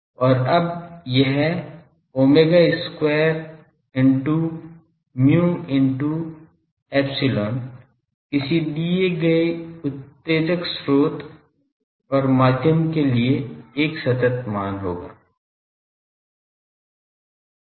और अब यह ω2 into μ into ϵ किसी दिए गए उत्तेजक स्रोत और माध्यम के लिए एक सतत मान है